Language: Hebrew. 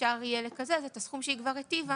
אפשר יהיה לקזז את הסכום שכבר היטיבה